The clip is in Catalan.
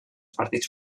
partits